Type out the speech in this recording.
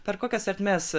per kokias ertmes